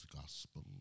Gospel